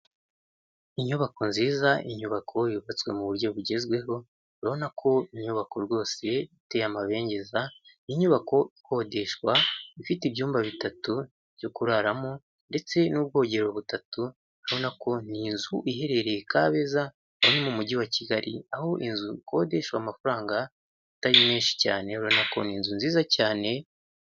Inyubako nziza, inyubako yubatswe mu buryo bugezweho. Urabona ko inyubako rwoseye iteye amabengeza. Inyubako ikodeshwa ifite ibyumba bitatu byo kuraramo ndetse n'ubwogero butatu na konti y'inzu iherereye i kabeza aho mu mugi wa Kigali aho inzu ikodeshwa amafaranga atari menshi cyane ubonakuntu ni inzu nziza cyane.